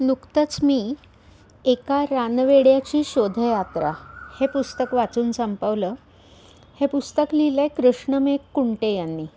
नुकतंच मी एका रानवेड्याची शोधयात्रा हे पुस्तक वाचून संपवलं हे पुस्तक लिहिलं आहे कृष्णमेघ कुंटे यांनी